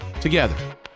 together